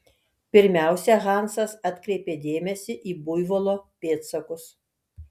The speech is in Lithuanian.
pirmiausia hansas atkreipė dėmesį į buivolo pėdsakus